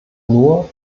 nur